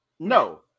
No